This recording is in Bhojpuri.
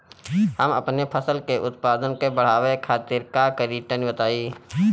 हम अपने फसल के उत्पादन बड़ावे खातिर का करी टनी बताई?